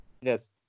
Yes